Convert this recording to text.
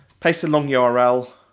paste the long yeah url,